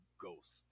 ghost